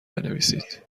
بنویسید